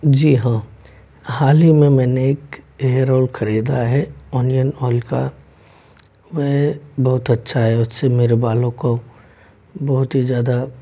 जी हाँ हाल ही में मैने एक हेयर आयल ख़रीदा है अनियन आयल का वह बहुत अच्छा है उससे मेरे बालों को बहुत ही ज़्यादा